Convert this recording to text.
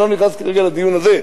אני לא נכנס כרגע לדיון הזה,